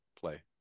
play